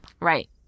right